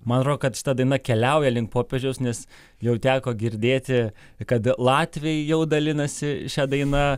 man atrodo kad šita daina keliauja link popiežiaus nes jau teko girdėti kad latviai jau dalinasi šia daina